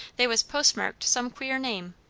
they was postmarked some queer name,